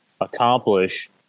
accomplish